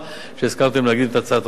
שהסכמתם להקדים את הדיון בהצעת החוק.